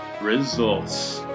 results